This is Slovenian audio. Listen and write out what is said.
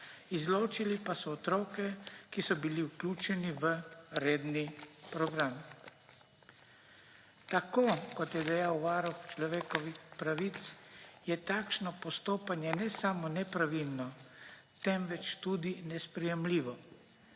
izločili pa so otroke, ki so bili vključeni v redni program. Tako kot je dejal Varuh človekovih pravic, je takšno postopanje ne samo nepravilno, temveč tudi nesprejemljivo.